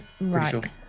Right